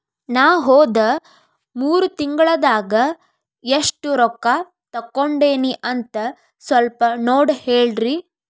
ನಾ ಹೋದ ಮೂರು ತಿಂಗಳದಾಗ ಎಷ್ಟು ರೊಕ್ಕಾ ತಕ್ಕೊಂಡೇನಿ ಅಂತ ಸಲ್ಪ ನೋಡ ಹೇಳ್ರಿ